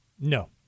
No